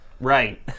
Right